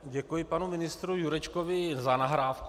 Děkuji panu ministru Jurečkovi za nahrávku.